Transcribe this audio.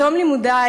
בתום לימודי,